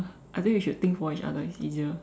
I think we should think for each other it's easier